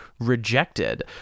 Rejected